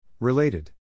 Related